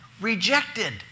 rejected